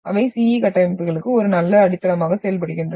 அவை CE கட்டமைப்புகளுக்கு ஒரு நல்ல அடித்தளமாக செயல்படுகின்றன